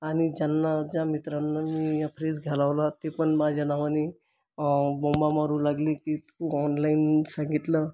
आणि ज्यांना ज्या मित्रांना मी हा फ्रीज घ्यायला लावला ते पण माझ्या नावाने बोंबा मारू लागले की तू ऑनलाइन सांगितलं